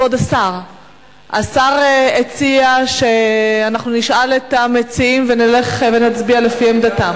השר הציע שאנחנו נשאל את המציעים ונלך ונצביע לפי עמדתם.